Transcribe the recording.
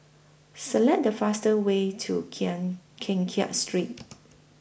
Select The faster Way to Kiat Keng Kiat Street